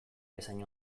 bezain